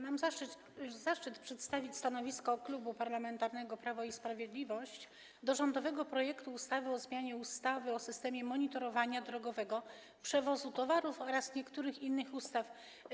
Mam zaszczyt przedstawić stanowisko Klubu Parlamentarnego Prawo i Sprawiedliwość wobec rządowego projektu ustawy o zmianie ustawy o systemie monitorowania drogowego przewozu towarów oraz niektórych innych ustaw.